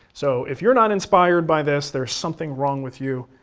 so, if you're not inspired by this there's something wrong with you,